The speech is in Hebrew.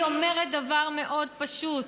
היא אומרת דבר מאוד פשוט: